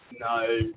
no